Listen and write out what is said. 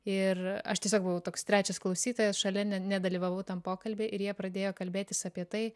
ir aš tiesiog buvau toks trečias klausytojas šalia ne nedalyvavau tam pokalby ir jie pradėjo kalbėtis apie tai